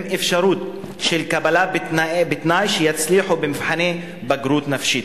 עם אפשרות של קבלה בתנאי שיצליחו במבחני בגרות נפשית.